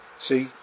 See